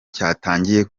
cyatangiye